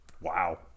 Wow